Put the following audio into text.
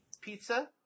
pizza